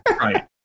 Right